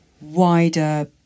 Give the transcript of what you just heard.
wider